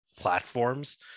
platforms